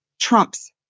trump's